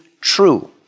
true